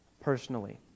personally